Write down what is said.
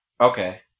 Okay